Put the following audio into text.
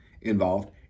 involved